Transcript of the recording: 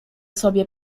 sobie